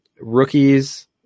Rookies